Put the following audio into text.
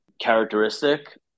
characteristic